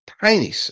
tiny